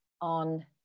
on